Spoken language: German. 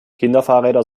kinderfahrräder